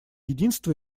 единство